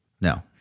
No